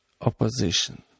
opposition